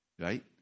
Right